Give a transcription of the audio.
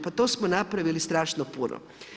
Pa to smo napravili strašno puno.